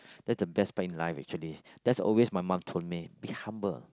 that's the best part in life actually that's always my mom told me be humble